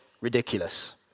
Ridiculous